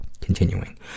Continuing